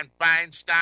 Feinstein